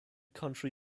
country